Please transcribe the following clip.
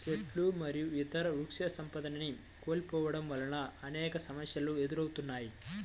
చెట్లు మరియు ఇతర వృక్షసంపదని కోల్పోవడం వల్ల అనేక సమస్యలు ఎదురవుతాయి